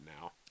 now